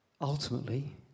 Ultimately